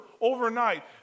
overnight